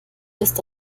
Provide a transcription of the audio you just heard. ist